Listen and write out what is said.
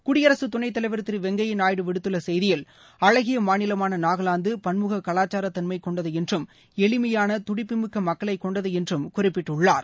குடியரசு துணைத்தலைவர் திரு வெங்கையா நாயுடு விடுத்துள்ள செய்தியில் அழகிய மாநிலமான நாகலாந்து பன்முக கலாச்சார தன்மை கொண்டது என்றும் எளிமையான துடிப்புமிக்க மக்களைக் கொண்டது என்றும் குறிபபிட்டுள்ளார்